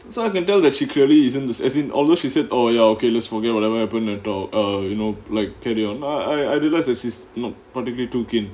so I can tell that she clearly isn't this as in although she said oh ya okay let's forget whatever happened and all err you know like carry on I I realised that she's not particularly too keen